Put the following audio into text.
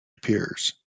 appears